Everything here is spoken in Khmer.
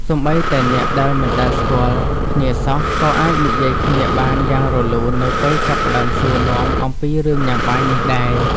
សូម្បីតែអ្នកដែលមិនដែលស្គាល់គ្នាសោះ ក៏អាចនិយាយគ្នាបានយ៉ាងរលូននៅពេលចាប់ផ្តើមសួរនាំអំពីរឿងញ៉ាំបាយនេះដែរ។